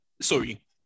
Sorry